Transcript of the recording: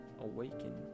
awaken